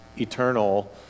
eternal